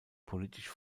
politisch